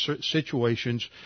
situations